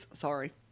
sorry